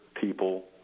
people